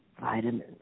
vitamins